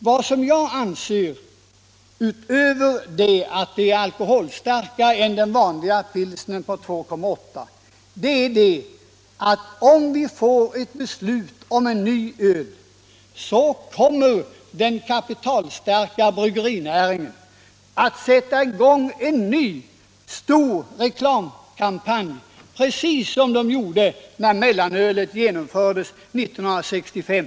Utöver det förhållandet att detta öl är alkoholstarkare än den vanliga pilsnern, som har 2,8 96 alkohol, vill jag framhålla att ett beslut om ett nytt öl kommer att föranleda den kapitalstarka bryggerinäringen att sätta i gång en ny stor reklamkampanj, precis som den gjorde när mellanölet infördes 1965.